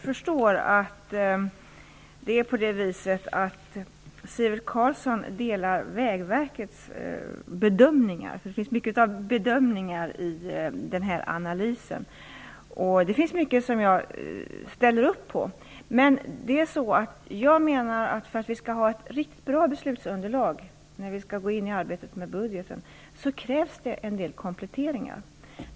Fru talman! Jag förstår att Sivert Carlsson delar Vägverkets bedömningar. Det finns mycket av bedömningar i analysen. Det finns mycket som jag ställer upp på. Men för att vi skall kunna ha ett riktigt bra beslutsunderlag när vi skall påbörja budgetarbetet krävs det en del kompletteringar.